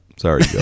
Sorry